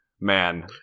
Man